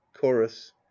Chorus